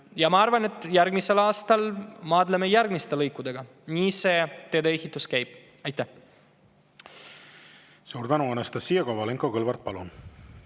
Ja ma arvan, et järgmisel aastal maadleme järgmiste lõikudega. Nii see teedeehitus käib. Suur